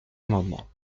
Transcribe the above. amendement